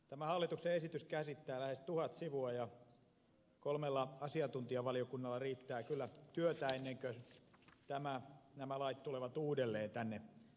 tämä hallituksen esitys käsittää lähes tuhat sivua ja kolmella asiantuntijavaliokunnalla riittää kyllä työtä ennen kuin nämä lait tulevat uudelleen tänne suureen saliin